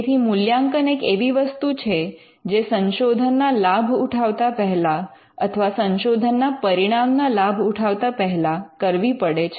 તેથી મૂલ્યાંકન એક એવી વસ્તુ છે જે સંશોધનના લાભ ઉઠાવતા પહેલા અથવા સંશોધનના પરિણામના લાભ ઉઠાવતા પહેલા કરવી પડે છે